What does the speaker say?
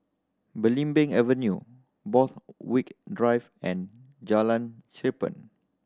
Belimbing Avenue Borthwick Drive and Jalan Cherpen